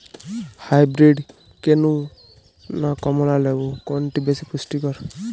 Hybrid কেনু না কমলা লেবু কোনটি বেশি পুষ্টিকর?